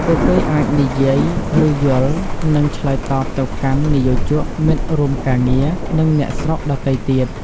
ពួកគេអាចនិយាយ ឬយល់ និងឆ្លើយតបទៅកាន់និយោជក មិត្តរួមការងារ និងអ្នកស្រុកដទៃទៀត។